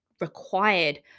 required